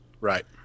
right